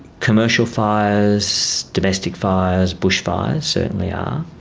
commercial fires, domestic fires, bushfires certainly are,